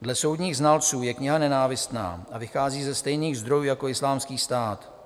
Dle soudních znalců je kniha nenávistná a vychází ze stejných zdrojů jako Islámský stát.